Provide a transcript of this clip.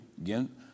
Again